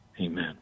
Amen